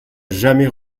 jamais